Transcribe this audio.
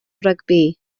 rygbi